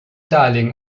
darling